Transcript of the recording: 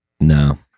No